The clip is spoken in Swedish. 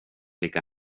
lika